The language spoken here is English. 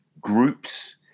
groups